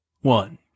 one